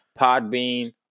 Podbean